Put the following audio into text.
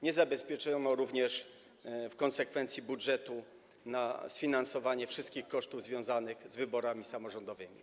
Nie zabezpieczono jednak w konsekwencji budżetu na sfinansowanie wszystkich kosztów związanych z wyborami samorządowymi.